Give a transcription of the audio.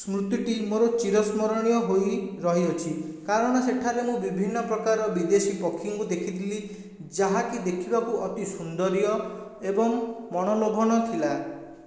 ସ୍ମୃତିଟି ମୋର ଚିରସ୍ମରଣୀୟ ହୋଇ ରହିଅଛି କାରଣ ସେଠାରେ ମୁଁ ବିଭିନ୍ନ ପ୍ରକାର ବିଦେଶୀ ପକ୍ଷୀଙ୍କୁ ଦେଖିଥିଲି ଯାହାକି ଦେଖିବାକୁ ଅତି ସୁନ୍ଦର ଏବଂ ମନଲୋଭନୀୟ ଥିଲା